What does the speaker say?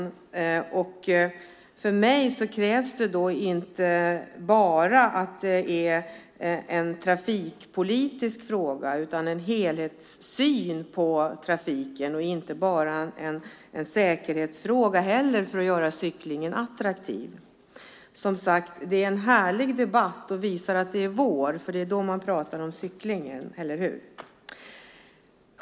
För min del tycker jag att det krävs att det inte bara är en trafikpolitisk fråga eller bara en säkerhetsfråga, utan det krävs en helhetssyn på trafiken för att göra cyklingen attraktiv. Det är en härlig debatt, och den visar att det är vår, för det är då man pratar om cyklingen, eller hur?